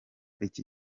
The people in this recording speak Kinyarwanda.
iki